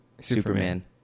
Superman